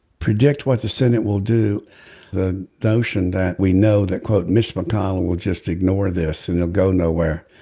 predict what the senate will do the notion that we know that quote mitch mcconnell will just ignore this and he'll go nowhere.